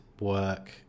work